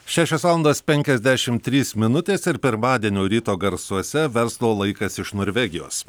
šešios valandos penkiasdešimt trys minutės ir pirmadienio ryto garsuose verslo laikas iš norvegijos